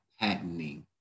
patenting